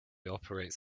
operates